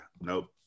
Nope